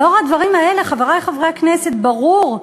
לאור הדברים האלה, חברי חברי הכנסת, ברור,